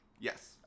Yes